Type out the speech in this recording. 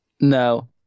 No